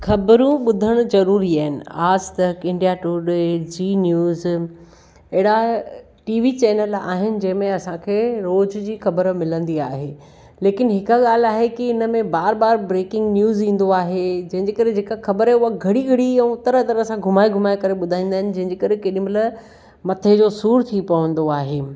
ख़बरूं ॿुधणु ज़रूरी आहिनि Aaj Tak India Today Zee News अहिड़ा टीवी चैनल आहिनि जंहिंमें असांखे रोज़ जी ख़बर मिलंदी आहे लेकिन हिकु ॻाल्हि आहे की हिन में बार बार ब्रेकिंग न्यूज़ ईंदो आहे जंहिंजे करे जेका ख़बर आहे उहा घणी घणी ऐं तरह तरह सां घुमाए घुमाए करे ॿुधाईंदा आहिनि जंहिंजे करे केॾीमहिल मथे जो सूर थी पवंदो आहे